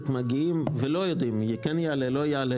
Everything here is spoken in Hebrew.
מגיעים ולא יודעים אם כן יעלה או לא יעלה,